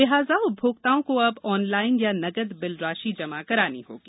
लिहाजा उपभोक्ताओं को अब ऑनलाइन या नगद बिल राशि जमा करानी होगी